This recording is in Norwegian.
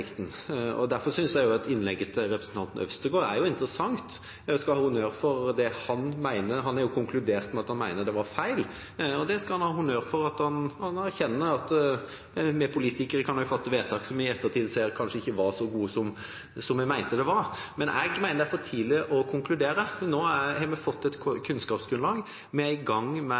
Derfor synes jeg at innlegget til representanten Øvstegård er interessant. Han har konkludert med at det var feil, og han skal ha honnør for at han erkjenner at vi politikere kan fatte vedtak som i ettertid viser seg ikke å være så gode som vi mente de var. Jeg mener det er for tidlig å konkludere. Nå har vi fått et kunnskapsgrunnlag, vi er i gang med å følge opp det, og vi er i gang med